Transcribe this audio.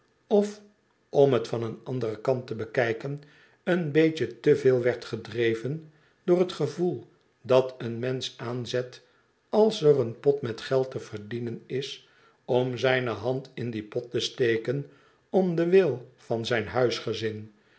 of om het van een anderen kant te bekijken een beetje te veel werd gedreven door het gevoel dat een mensch aanzet als er een pot met geld te verdienen is om zijne hand in dien pot te steken om den wil van zijn huisgezin